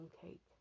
cake